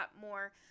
more